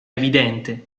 evidente